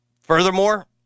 Furthermore